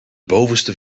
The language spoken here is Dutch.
bovenste